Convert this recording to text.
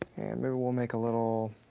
and maybe we'll make a little,